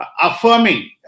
affirming